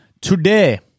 today